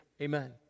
amen